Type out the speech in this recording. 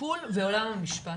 טיפול ועולם המשפט.